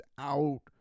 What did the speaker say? out